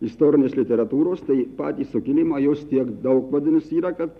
istorinės literatūros tai patį sukilimą jos tiek daug vadinasi yra kad